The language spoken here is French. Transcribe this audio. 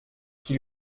qui